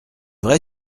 vrai